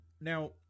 now